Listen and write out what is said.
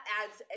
adds